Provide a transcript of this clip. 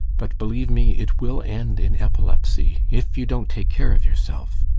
but, believe me, it will end in epilepsy if you don't take care of yourself.